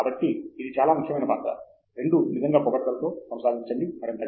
కాబట్టి ఇది చాలా ముఖ్యమైన పాత్ర రెండూ నిజంగా పొగడ్తలతో కొనసాగండి మరింత